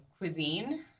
cuisine